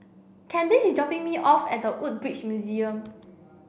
Kandice is dropping me off at The Woodbridge Museum